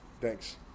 Thanks